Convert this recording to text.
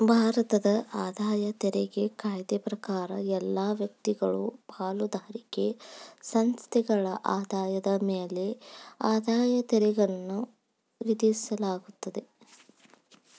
ಭಾರತದ ಆದಾಯ ತೆರಿಗೆ ಕಾಯ್ದೆ ಪ್ರಕಾರ ಎಲ್ಲಾ ವ್ಯಕ್ತಿಗಳು ಪಾಲುದಾರಿಕೆ ಸಂಸ್ಥೆಗಳ ಆದಾಯದ ಮ್ಯಾಲೆ ಆದಾಯ ತೆರಿಗೆಯನ್ನ ವಿಧಿಸಲಾಗ್ತದ